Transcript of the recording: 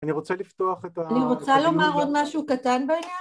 אני רוצה לפתוח את ה.. אני רוצה לומר עוד משהו קטן בעניין